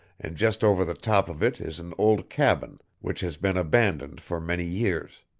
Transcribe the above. and just over the top of it is an old cabin which has been abandoned for many years.